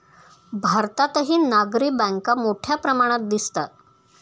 भारतातही नागरी बँका मोठ्या प्रमाणात दिसतात